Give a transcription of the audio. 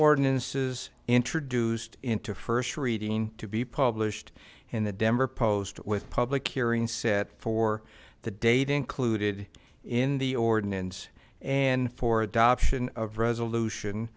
ordinances introduced into first reading to be published in the denver post with public hearing set for the dating clue did in the ordinance and for adoption of resolution